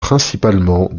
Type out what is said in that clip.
principalement